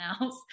else